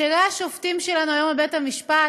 בכירי השופטים שלנו היום בבית-המשפט,